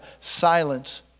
silence